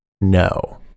no